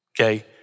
Okay